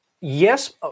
Yes